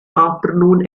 afternoon